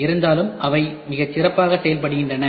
இருந்தாலும் அவை மிகச் சிறப்பாக செயல்படுகின்றன